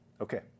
Okay